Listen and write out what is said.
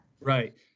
Right